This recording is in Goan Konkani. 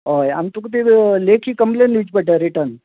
हय आम तुका ती र लेखी कंप्लेन दिवची पडटा रिटन